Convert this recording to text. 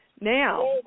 Now